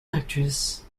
actress